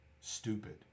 stupid